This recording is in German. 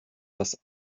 das